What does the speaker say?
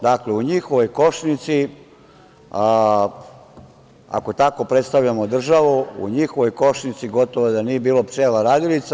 Dakle, u njihovoj košnici, ako tako predstavljamo državu, u njihovoj košnici gotovo da nije bilo pčela radilica.